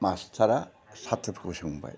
मास्टारा सात्र'फोरखौ सोंबाय